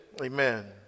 amen